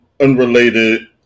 unrelated